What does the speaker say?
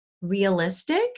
realistic